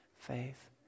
Faith